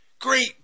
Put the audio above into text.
Great